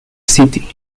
city